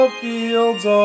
fields